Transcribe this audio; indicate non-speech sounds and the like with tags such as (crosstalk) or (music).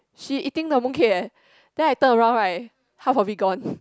she eating the mooncake eh then I turn around right half of it gone (laughs)